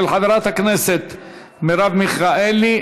של חברת הכנסת מרב מיכאלי,